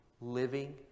living